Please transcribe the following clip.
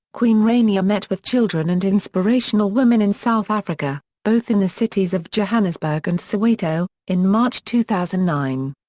queen rania met with children and inspirational women in south africa, both in the cities of johannesburg and soweto, in march two thousand and nine.